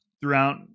throughout